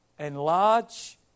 Enlarge